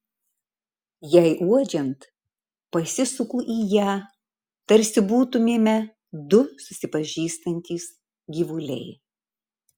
jai uodžiant pasisuku į ją tarsi būtumėme du susipažįstantys gyvuliai